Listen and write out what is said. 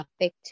affect